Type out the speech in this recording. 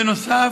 בנוסף,